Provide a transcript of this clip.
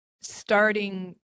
starting